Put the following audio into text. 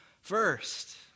First